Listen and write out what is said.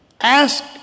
Ask